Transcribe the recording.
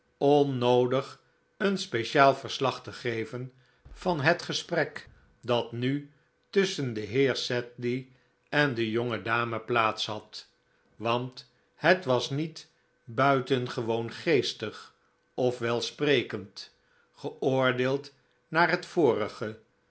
onnoodig een speciaal verslag te geven van het gesprek dat nu tusschen den heer sedley en de jonge dame plaats had want het was niet buitengewoon geestig of welsprekend geoordeeld naar het vorige